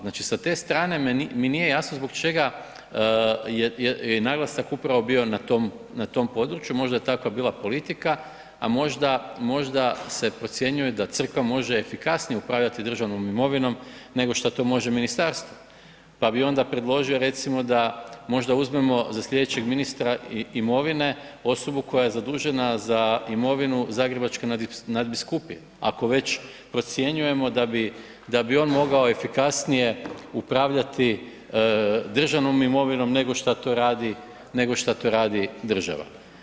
Znači, sa te strane mi nije jasno zbog čega je naglasak upravo bio na tom području, možda je takva bila politika, a možda se procjenjuje da Crkva može efikasnije upravljati državnom imovinom nego što to može ministarstvo pa bih onda predložio, recimo da možda uzmemo za sljedećeg ministra imovine osobu koja je zadužena za imovinu Zagrebačke nadbiskupije, ako već procjenjujemo da bi on mogao efikasnije upravljati državnom imovinom nego što to radi država.